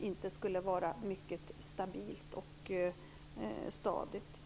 inte skulle vara mycket stadigt och stabilt.